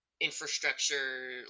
infrastructure